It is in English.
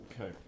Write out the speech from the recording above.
Okay